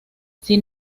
sin